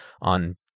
on